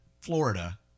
Florida